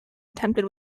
attempted